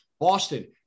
Boston